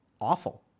awful